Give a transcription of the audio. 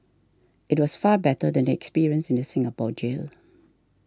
it was far better than the experience in the Singapore jail